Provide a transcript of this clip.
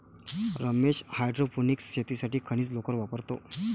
Ramesh hydroponics शेतीसाठी खनिज लोकर वापरतो